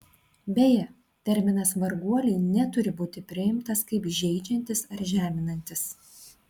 beje terminas varguoliai neturi būti priimtas kaip žeidžiantis ar žeminantis